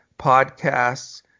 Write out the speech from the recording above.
podcasts